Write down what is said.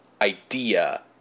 idea